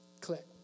Click